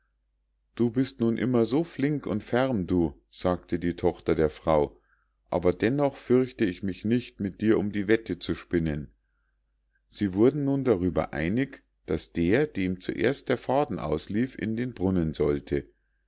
du bist nun immer so flink und ferm du sagte die tochter der frau aber dennoch fürchte ich mich nicht mit dir um die wette zu spinnen sie wurden nun darüber einig daß der dem zuerst der faden auslief in den brunnen sollte